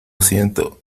siento